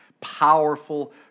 Powerful